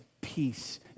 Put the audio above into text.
peace